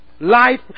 Life